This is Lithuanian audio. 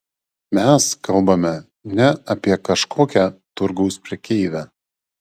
mes kalbame ne apie kažkokią turgaus prekeivę